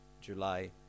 July